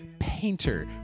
painter